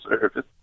service